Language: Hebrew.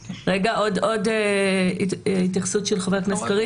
עוד התייחסות של חבר הכנסת קריב,